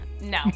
No